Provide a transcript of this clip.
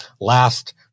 last